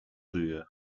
żyje